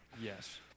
Yes